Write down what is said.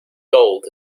gold